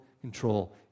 control